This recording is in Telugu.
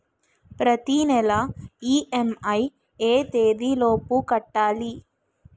ప్రతినెల ఇ.ఎం.ఐ ఎ తేదీ లోపు కట్టాలి?